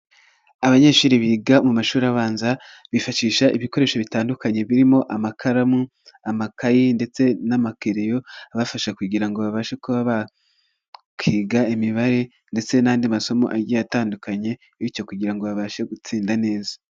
Abanyeshuri biga mu mashuri abanza, bifashisha ibikoresho bitandukanye, birimo amakaramu, amakaye ndetse n'amakereyo. Bibafasha kugira ngo babashe kuba bakwiga imibare, ndetse n'andi masomo agiye atandukanye. Bityo kugira ngo babashe gutsinda neza.